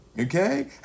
Okay